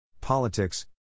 politics